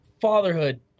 fatherhood